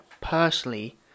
personally